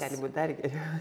gali būt dar geriau